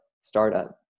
startup